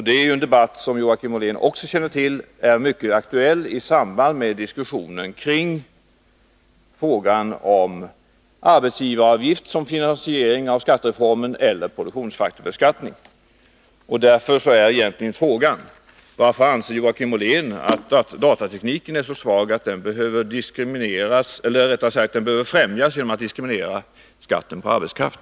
Det är ju en debatt som Joakim Ollén också känner till är mycket aktuell i samband med diskussionen kring frågan om arbetsgivaravgift som finansiering av skattereformen eller produktionsfaktorsbeskattningen. Därför är en befogad fråga: Varför anser Joakim Ollén att datatekniken är så svag att den behöver främjas genom att man har diskriminerande beskattning av arbetskraft?